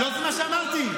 מה תגיד,